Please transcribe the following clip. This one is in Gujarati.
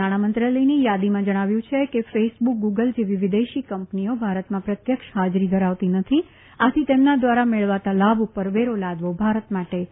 નાણાં મંત્રાલયની યાદીમાં જણાવ્યું છે કે ફેસબુક ગુગલ જેવી વિદેશની કંપનીઓ ભારતમાં પ્રત્યક્ષ ફાજરી ધરાવતી નથી આથી તેમના દ્વારા મેળવાતા લાભ ઉપર વેરો લાદવો ભારત માટે શક્ય નથી